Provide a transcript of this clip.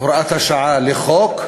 הוראת השעה לחוק.